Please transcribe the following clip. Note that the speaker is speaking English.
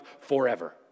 forever